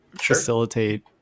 facilitate